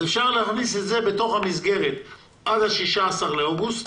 אפשר להכניס את זה בתוך המסגרת עד ה-16 באוגוסט.